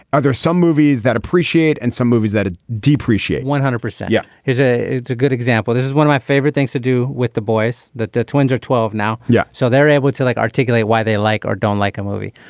are there some movies that appreciate and some movies that depreciate one percent yeah. here's ah a good example. this is one of my favorite things to do with the voice that the twins are twelve now. yeah so they're able to like articulate why they like or don't like a movie.